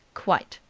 quite!